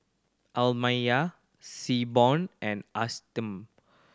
Amelia Seaborn and Ashanti